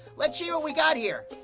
let's see what we got here.